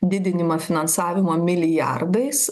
didinimą finansavimo milijardais